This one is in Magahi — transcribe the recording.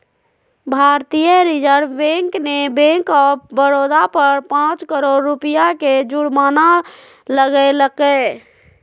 भारतीय रिजर्व बैंक ने बैंक ऑफ बड़ौदा पर पांच करोड़ रुपया के जुर्माना लगैलके